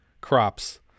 crops